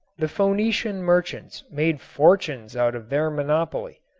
the phoenician merchants made fortunes out of their monopoly,